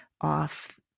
off